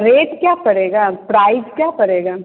rate क्या पड़ेगा price क्या पड़ेगा